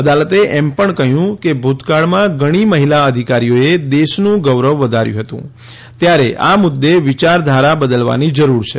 અદાલતે એમ પણ કહ્યું કે ભુતકાળમાં ઘણી મહિલા અધિકારીઓએ દેશનું ગૌરવ વધાર્યું હતું ત્યારે આ મુદ્દે વિચાર ધારા બદલવાની જરૂર છે